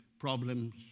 problems